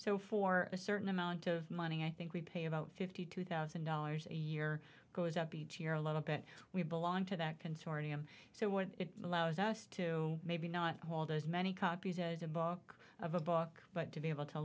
so for a certain amount of money i think we pay about fifty two thousand dollars a year goes up each year a little bit we belong to that consortium so what allows us to maybe not hold as many copies as a book of a book but to be able to